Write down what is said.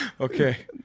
Okay